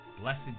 Blessed